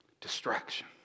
Distraction